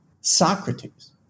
Socrates